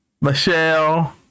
Michelle